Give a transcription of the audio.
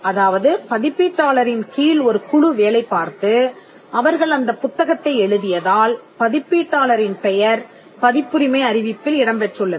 அதாவது பதிப்பீட்டாளரின் கீழ் ஒரு குழு வேலை பார்த்து அவர்கள் அந்த புத்தகத்தை எழுதியதால் பதிப்பீட்டாளரின் பெயர் பதிப்புரிமை அறிவிப்பில் இடம்பெற்றுள்ளது